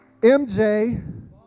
MJ